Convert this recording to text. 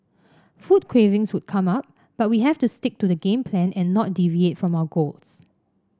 food cravings would come up but we have to stick to the game plan and not deviate from our goals